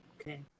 okay